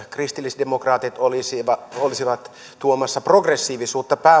kristillisdemokraatit olisivat olisivat tuomassa progressiivisuutta